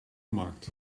markt